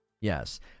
Yes